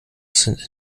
sind